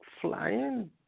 flying